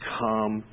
come